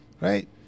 right